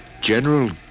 General